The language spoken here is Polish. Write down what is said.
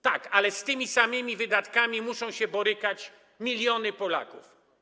Tak, ale z tymi samymi wydatkami muszą się borykać miliony Polaków.